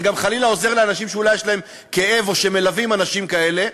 זה גם חלילה עוזר לאנשים שאולי יש להם כאב או שמלווים אנשים כאלה,